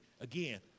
again